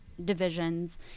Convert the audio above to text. divisions